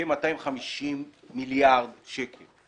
כ-250 מיליארד שקל.